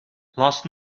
last